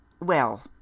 well